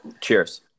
Cheers